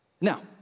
now